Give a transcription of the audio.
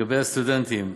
לגבי הסטודנטים,